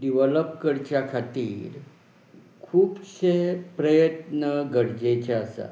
develop करच्या खातीर खुबशे प्रयत्न गरजेचें आसा